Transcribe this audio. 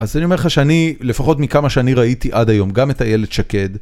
אז אני אומר לך שאני, לפחות מכמה שאני ראיתי עד היום, גם את אילת שקד.